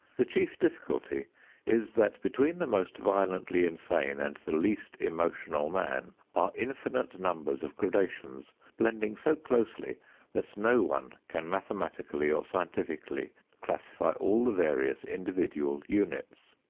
the chief difficulty is that between the most violently insane and the least emotional man are infinite numbers of gradations blending so closely that no one can mathematically or scientifically classify all the various individual units.